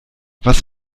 was